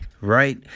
Right